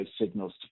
signals